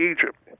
Egypt